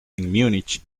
múnich